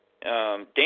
Dan